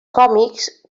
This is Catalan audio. còmics